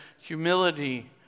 humility